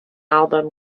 album